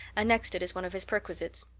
annexed it as one of his perquisites.